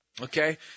Okay